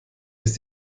ist